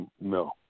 No